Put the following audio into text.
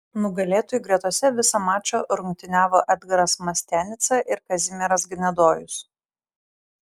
nugalėtojų gretose visą mačą rungtyniavo edgaras mastianica ir kazimieras gnedojus